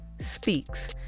speaks